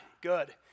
Good